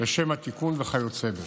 לשם התיקון וכיוצא בזה.